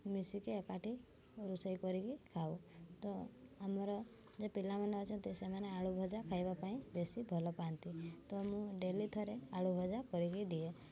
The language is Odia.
ମିଶିକି ଏକାଠି ରୋଷେଇ କରିକି ଖାଉ ତ ଆମର ଯେ ପିଲାମାନେ ଅଛନ୍ତି ସେମାନେ ଆଳୁ ଭଜା ଖାଇବା ପାଇଁ ବେଶୀ ଭଲ ପାଆନ୍ତି ତ ମୁଁ ଡେଲି ଥରେ ଆଳୁ ଭଜା କରିକି ଦିଏ